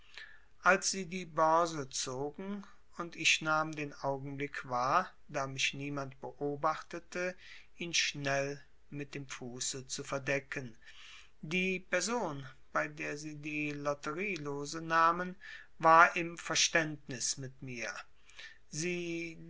als sie die börse zogen und ich nahm den augenblick wahr da mich niemand beobachtete ihn schnell mit dem fuße zu verdecken die person bei der sie die lotterielose nahmen war im verständnis mit mir sie